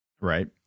right